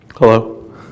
Hello